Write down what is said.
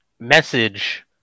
message